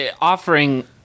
offering